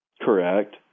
Correct